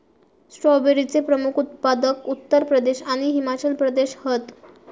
स्ट्रॉबेरीचे प्रमुख उत्पादक उत्तर प्रदेश आणि हिमाचल प्रदेश हत